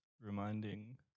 reminding